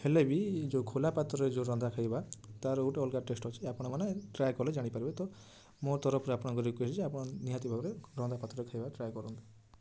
ହେଲେ ବି ଯେଉଁ ଖୋଲା ପାତ୍ରରେ ଯେଉଁ ରନ୍ଧା ଖାଇବା ତା'ର ଗୋଟେ ଅଲଗା ଟେଷ୍ଟ ଆପଣମାନେ ଟ୍ରାଏ କଲେ ଜାଣିପାରିବେ ତ ମୋ ତରଫରୁ ଆପଣଙ୍କୁ ରିକ୍ୱେଷ୍ଟ କରୁଛି ଆପଣ ନିହାତି ଭାବରେ ଖୋଲା ପାତ୍ରରେ ଖାଇବା ଟ୍ରାଏ କରନ୍ତୁ